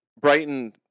Brighton